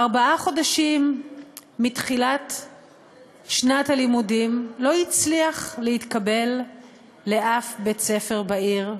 ארבעה חודשים מתחילת שנת הלימודים לא הצליח להתקבל לאף בית-ספר בעיר,